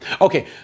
Okay